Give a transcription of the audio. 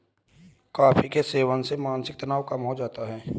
coffee के सेवन से मानसिक तनाव कम हो जाता है